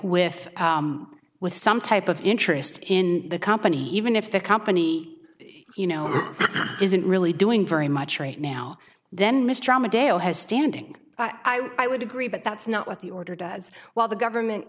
with with some type of interest in the company even if the company you know isn't really doing very much right now then mr armadale has standing i would agree but that's not what the order does while the government